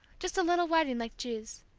just a little wedding like ju's.